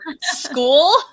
school